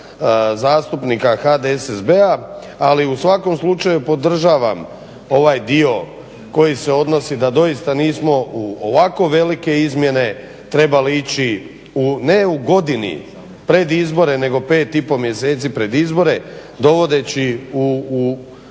HDSSB-a, ali u svakom slučaju podržavam ovaj dio koji se odnosi da doista nismo u ovako velike izmjene trebali ići ne u godini pred izbore nego pet i po mjeseci pred izbore dovodeći